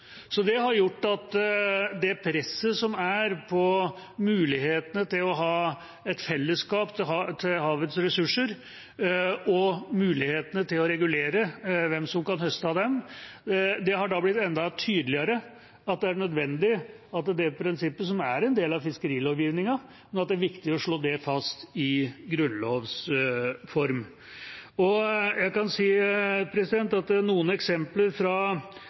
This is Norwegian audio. har gjort at når det gjelder presset på mulighetene til å ha et fellesskap til havets ressurser og til å regulere hvem som kan høste av dem, har det blitt enda tydeligere at det er viktig og nødvendig å slå det prinsippet, som er en del av fiskerilovgivningen, fast i grunnlovs form. Jeg har noen eksempler fra land som vi av og